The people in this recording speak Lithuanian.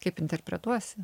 kaip interpretuosi